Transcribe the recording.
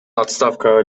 отставкага